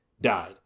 died